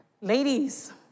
Ladies